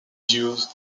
views